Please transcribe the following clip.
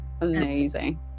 amazing